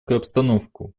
обстановку